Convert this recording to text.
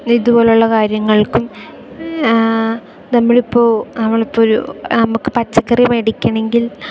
ഇതുപോലെയുള്ള കാര്യങ്ങൾക്കും നമ്മളിപ്പോൾ നമ്മളിപ്പൊൾ ഒരു നമുക്ക് പച്ചക്കറി മേടിക്കണമെങ്കിൽ